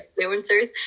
influencers